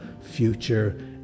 future